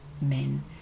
men